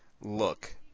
look